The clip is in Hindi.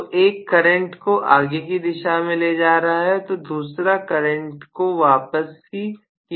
तो एक करंट को आगे की दिशा में ले जा रहा है दूसरा करंट को वापसी की दिशा में ले जा रहा है